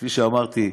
כמו שאמרתי,